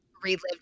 relived